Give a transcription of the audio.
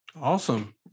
Awesome